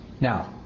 Now